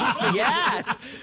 Yes